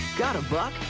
got a buck?